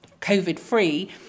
COVID-free